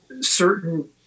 certain